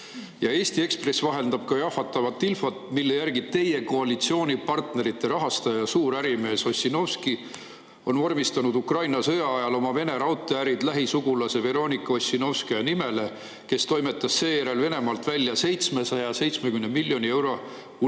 Eesti Ekspress vahendab ka jahmatavat infot, mille järgi teie koalitsioonipartnerite rahastaja, suurärimees Ossinovski on vormistanud Ukraina sõja ajal oma Vene raudteeärid lähisugulase Veronika Ossinovskaja nimele, kes toimetas seejärel Venemaalt välja 770 miljoni euro eest